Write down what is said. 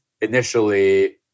initially